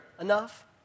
enough